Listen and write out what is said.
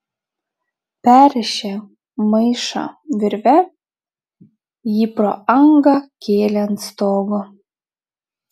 perrišę maišą virve jį pro angą kėlė ant stogo